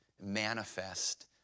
manifest